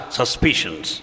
suspicions